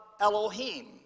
Elohim